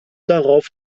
darauf